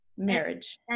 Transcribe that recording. Marriage